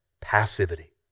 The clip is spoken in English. passivity